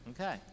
Okay